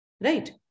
right